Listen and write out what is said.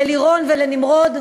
ללירון ולנמרוד.